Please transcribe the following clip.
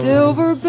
Silver